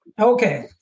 Okay